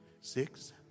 six